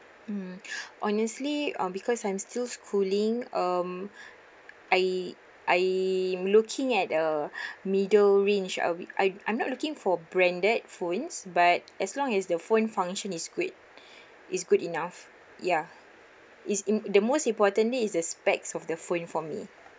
mm honestly um because I'm still schooling um I I'm looking at a middle range uh I I'm not looking for branded phones but as long as the phone function is great is good enough ya is in the most importantly is the specs of the phone for me